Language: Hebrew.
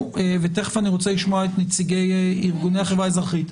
ותיכף אני רוצה לשמוע את נציגי ארגוני החברה האזרחית.